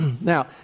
Now